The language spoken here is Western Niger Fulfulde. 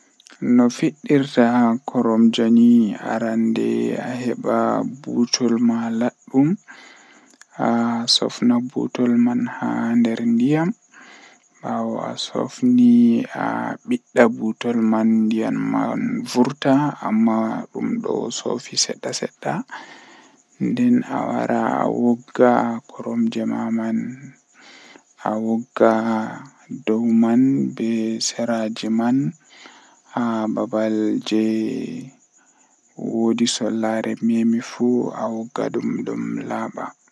Ko ɗum woodani ngal njogorde o woodi fota waawugol ndimaagu, ko nde a naatude e semmbugol ɗi njarɗi kadi ngal konngol Ngal njogorde woodi heɓre ɓuri naatugol haɓugol heɓe, kono kadi ɓe njogirɗi goɗɗum waɗi neɗɗo ka semmbugol Aɗa waawi ɗum ɓuri njiggita ka haɓugol ko njogoree e nde ɓamɗe kadi heɓe heɓre. Kono ngal konngol woodani kaɓe goongɗi, ɗum njikataaɗo haɓugol ngoodi e laawol ngol.